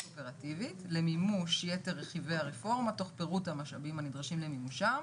אופרטיבית למימוש יתר רכיבי הרפורמה תוך פירוט המשאבים הנדרשים למימושם",